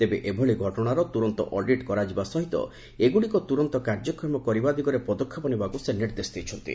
ତେବେ ଏଭଳି ଘଟଣାର ତ୍ରରନ୍ତ ଅଡିଟ୍ କରାଯିବା ସହିତ ଏଗ୍ରଡ଼ିକ ତ୍ରରନ୍ତ କାର୍ଯ୍ୟକ୍ଷମ କରିବା ଦିଗରେ ପଦକ୍ଷେପ ନେବାକୁ ନିର୍ଦ୍ଦେଶ ଦେଇଛନ୍ତି